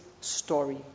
story